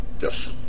Yes